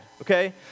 okay